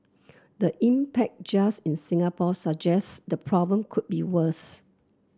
the impact just in Singapore suggests the problem could be worse